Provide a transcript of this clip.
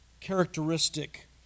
characteristic